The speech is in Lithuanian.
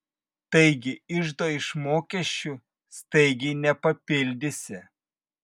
taigi iždo iš mokesčių staigiai nepapildysi